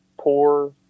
poor